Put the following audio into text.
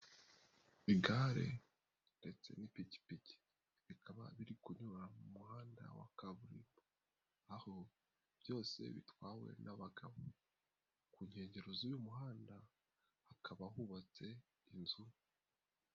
Igare ndetse n'ipikipiki bikaba biri kunyura mu muhanda wa kaburimbo aho byose bitwawe n'abagabo, ku nkengero z'uyu muhanda hakaba hubatse inzu.